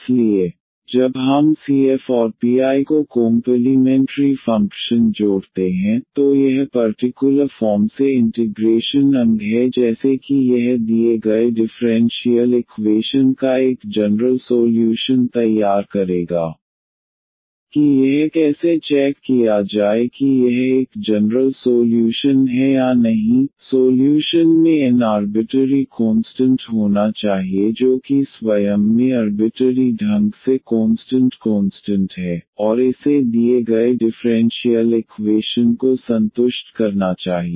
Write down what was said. इसलिए जब हम CF और PI को कोम्पलीमेंटरी फ़ंक्शन जोड़ते हैं तो यह पर्टिकुलर फॉर्म से इंटिग्रेशन अंग है जैसे कि यह दिए गए डिफरेंशियल इक्वेशन का एक जनरल सोल्यूशन तैयार करेगा कि यह कैसे चेक किया जाए कि यह एक जनरल सोल्यूशन है या नहीं सोल्यूशन में एन आर्बिटरी कोंस्टंट होना चाहिए जो कि स्वयं में अर्बिटरी ढंग से कोंस्टंट कोंस्टंट है और इसे दिए गए डिफ़्रेंशियल इकवेशन को संतुष्ट करना चाहिए